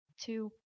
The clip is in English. two